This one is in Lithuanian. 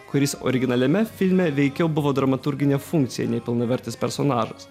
kuris originaliame filme veikiau buvo dramaturginė funkcija nei pilnavertis personažas